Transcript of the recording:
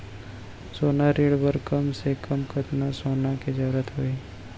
सोना ऋण बर कम से कम कतना सोना के जरूरत होही??